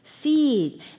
Seed